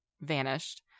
vanished